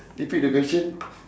repeat the question